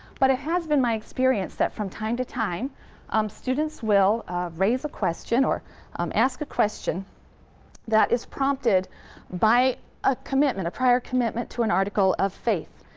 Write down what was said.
but it has been my experience that from time to time um students will raise a question or um ask a question that is prompted by a commitment, a prior commitment to an article of faith.